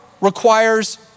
requires